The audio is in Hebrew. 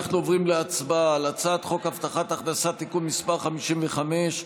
אנחנו עוברים להצבעה על הצעת חוק הבטחת הכנסה (תיקון מס' 55)